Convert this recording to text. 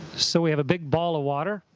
so we have a big ball of water,